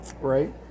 Right